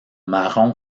marron